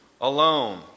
alone